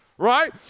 Right